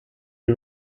you